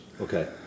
Okay